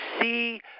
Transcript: see